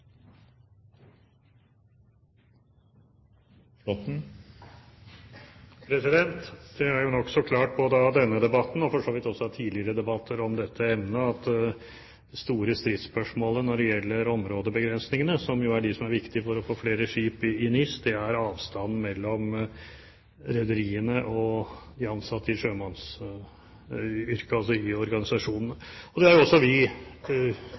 endring. Det er jo nokså klart ut fra denne debatten – og for så vidt også tidligere debatter om dette emnet – at det store stridsspørsmålet når det gjelder områdebegrensningene, som jo er de som er viktig for å få flere skip inn i NIS, er avstanden mellom rederiene og de ansatte i sjømannsyrket, altså i organisasjonene. Det har også vi